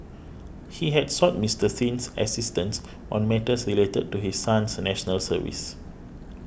he had sought Mister Sin's assistance on matters related to his son's National Service